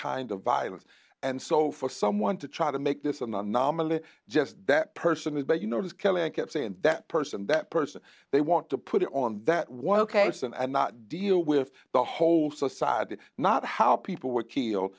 kind of violence and so for someone to try to make this an anomaly just that person is but you notice kelly i keep saying that person that person they want to put on that one case and not deal with the whole society not how people were killed